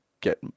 get